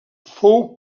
fou